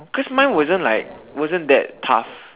cause mine wasn't like wasn't that tough